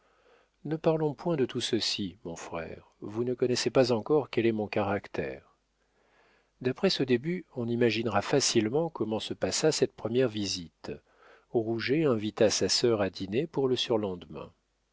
ne parlons point de tout ceci mon frère vous ne connaissez pas encore quel est mon caractère d'après ce début on imaginera facilement comment se passa cette première visite rouget invita sa sœur à dîner pour le surlendemain